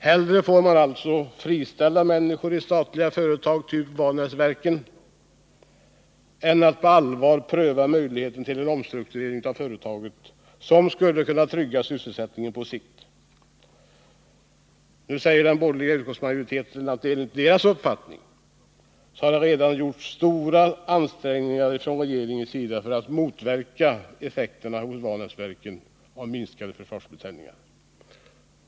Hellre får man alltså friställa människor i statliga företag typ Vanäsverken än att man på allvar prövar möjligheten till en omstrukturering av företaget som skulle kunna trygga sysselsättningen på sikt. Nu säger den borgerliga utskottsmajoriteten att stora ansträngningar enligt deras uppfattning redan har gjorts från regeringens sida för att motverka effekterna av de minskade försvarsbeställningarna hos Vanäsverken.